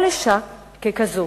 כל אשה כזאת